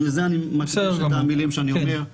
אז לזה אני --- את המילים שאני אומר.